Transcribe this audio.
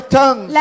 tongues